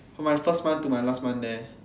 from my first month to my last month there